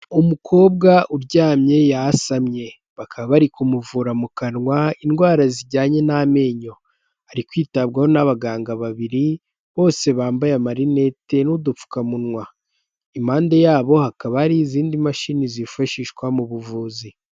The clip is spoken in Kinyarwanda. Umukobwa uryamye yasamye bakaba bari kumuvura mu kanwa indwara zijyanye n'amenyo, ari kwitabwaho n'abaganga babiri bose bambaye marinete n'udupfukamunwa, impande yabo hakaba hari izindi mashini zifashishwa mu buvuzi.